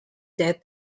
that